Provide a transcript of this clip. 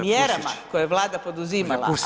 mjerama koje Vlada poduzima